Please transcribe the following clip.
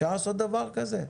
אפשר לעשות דבר כזה?